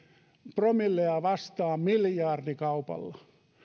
promillea vastaan miljardikaupalla